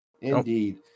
Indeed